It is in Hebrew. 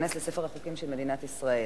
ותיכנס לספר החוקים של מדינת ישראל.